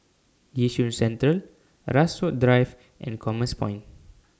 Yishun Central Rasok Drive and Commerce Point